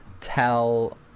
tell